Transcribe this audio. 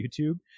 YouTube